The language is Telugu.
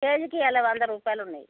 కేజీకి ఇవాళ వంద రూపాయలు ఉన్నాయి